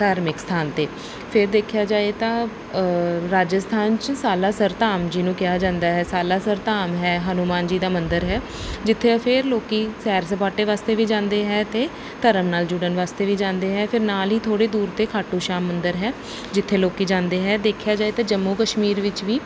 ਧਾਰਮਿਕ ਅਸਥਾਨ 'ਤੇ ਫਿਰ ਦੇਖਿਆ ਜਾਏ ਤਾਂ ਰਾਜਸਥਾਨ 'ਚ ਸਾਲਾ ਸਰਧਾਮ ਜਿਹਨੂੰ ਕਿਹਾ ਜਾਂਦਾ ਹੈ ਸਾਲਾ ਸਰਧਾਮ ਹੈ ਹਨੂੰਮਾਨ ਜੀ ਦਾ ਮੰਦਰ ਹੈ ਜਿੱਥੇ ਫਿਰ ਲੋਕ ਸੈਰ ਸਪਾਟੇ ਵਾਸਤੇ ਵੀ ਜਾਂਦੇ ਹੈ ਅਤੇ ਧਰਮ ਨਾਲ ਜੁੜਨ ਵਾਸਤੇ ਵੀ ਜਾਂਦੇ ਹੈ ਫਿਰ ਨਾਲ ਹੀ ਥੋੜ੍ਹੀ ਦੂਰ 'ਤੇ ਖਾਟੂ ਸ਼ਾਮ ਮੰਦਰ ਹੈ ਜਿੱਥੇ ਲੋਕ ਜਾਂਦੇ ਹੈ ਦੇਖਿਆ ਜਾਏ ਤਾਂ ਜੰਮੂ ਕਸ਼ਮੀਰ ਵਿੱਚ ਵੀ